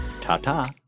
Ta-ta